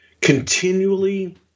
continually